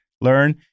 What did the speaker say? learn